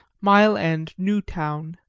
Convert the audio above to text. mile end new town,